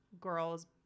Girls